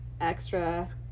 extra